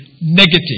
negative